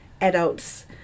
adults